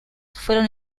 fueron